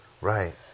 right